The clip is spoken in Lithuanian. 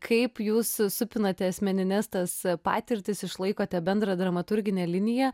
kaip jūs supinate asmenines tas patirtis išlaikote bendrą dramaturginę liniją